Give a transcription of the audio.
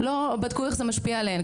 לא בדקו איך זה משפיע עליהן.